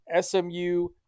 SMU